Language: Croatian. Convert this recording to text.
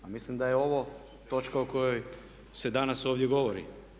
A mislim da je ovo točka o kojoj se danas ovdje govori.